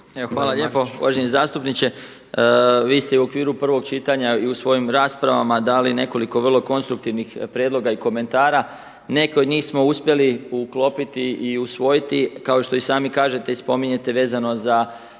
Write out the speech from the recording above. hvala lijepo uvaženi zastupniče. Vi ste i u okviru prvog čitanja i u svojim raspravama dali nekoliko vrlo konstruktivnih prijedloga i komentara. Neke od njih smo uspjeli uklopiti i usvojiti kao što i sami kažete i spominjete vezano za